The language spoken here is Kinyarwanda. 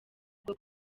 bwo